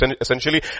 essentially